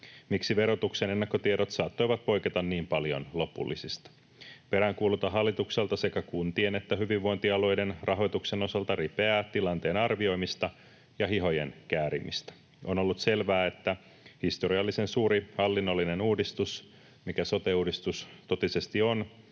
miksi verotuksen ennakkotiedot saattoivat poiketa niin paljon lopullisista. Peräänkuulutan hallitukselta sekä kuntien että hyvinvointialueiden rahoituksen osalta ripeää tilanteen arvioimista ja hihojen käärimistä. On ollut selvää, että historiallisen suuri hallinnollinen uudistus, mikä sote-uudistus totisesti on,